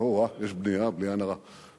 יש בנייה, בלי עין הרע.